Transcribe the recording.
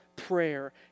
prayer